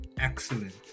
excellent